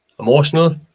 Emotional